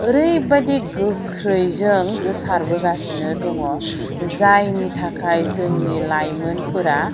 ओरैबादि गोख्रैजों गोसारबोगासिनो दङ जायनि थाखाय जोंनि लाइमोनफोरा